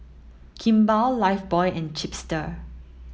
Kimball Lifebuoy and Chipster